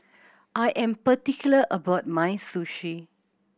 I am particular about my Sushi